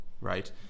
right